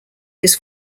his